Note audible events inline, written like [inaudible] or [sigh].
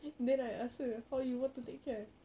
[noise] then I ask her how you want to take care